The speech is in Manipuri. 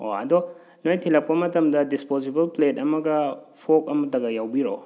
ꯑꯣ ꯑꯗꯣ ꯅꯣꯏ ꯊꯤꯜꯂꯛꯄ ꯃꯇꯝꯗ ꯗꯤꯁꯄꯣꯖꯤꯕꯜ ꯄ꯭ꯂꯦꯠ ꯑꯃꯒ ꯐꯣꯛ ꯑꯃꯠꯇꯒ ꯌꯥꯎꯕꯤꯔꯛꯑꯣ